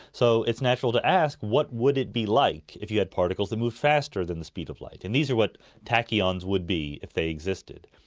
so it's natural to ask what would it be like if you had particles that moved faster than the speed of light, and these are what tachyons would be if they existed.